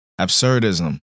absurdism